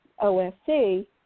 OSC